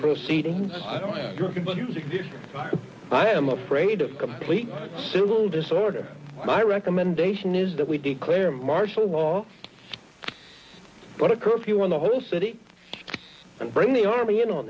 proceedings i don't have i am afraid of complete civil disorder my recommendation is that we declare martial law but a curfew on the whole city and bring the army